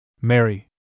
Mary